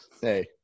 Hey